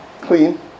clean